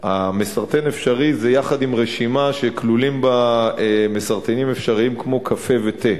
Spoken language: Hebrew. מסרטן אפשרי זה יחד עם רשימה שכלולים בה מסרטנים אפשריים כמו קפה ותה.